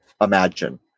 imagine